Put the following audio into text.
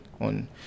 on